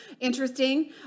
Interesting